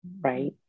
Right